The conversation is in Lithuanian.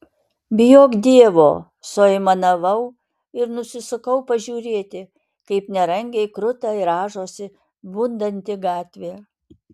bijok dievo suaimanavau ir nusisukau pažiūrėti kaip nerangiai kruta ir rąžosi bundanti gatvė